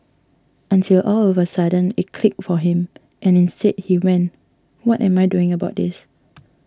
until all of a sudden it clicked for him and instead he went what am I doing about this